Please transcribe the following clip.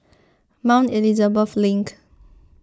Mount Elizabeth Link